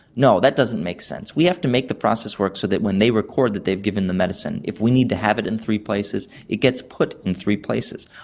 no, that doesn't make sense. we have to make the process work so that when they record that they have given the medicine, if we need to have it in three places it gets put in three places.